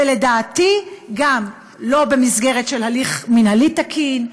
ולדעתי גם לא במסגרת של הליך מינהלי תקין,